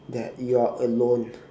that you are alone